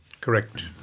Correct